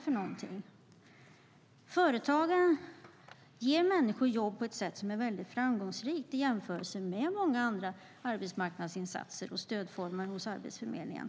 Företagaren ger människor jobb på ett sätt som är mycket framgångsrikt i jämförelse med många andra arbetsmarknadsinsatser och stödformer hos Arbetsförmedlingen.